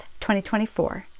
2024